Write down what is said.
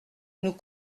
nous